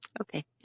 Okay